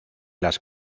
las